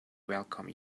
welcome